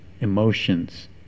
emotions